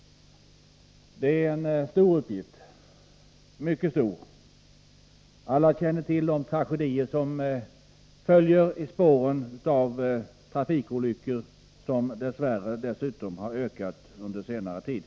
Det är en stor uppgift, mycket stor. Alla känner till de tragedier som följer i spåren av trafikolyckorna, vilka dess värre har ökat i antal under senare tid.